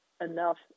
enough